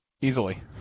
easily